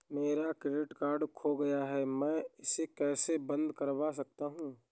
मेरा debit card खो गया है मैं इसे कैसे बंद करवा सकता हूँ?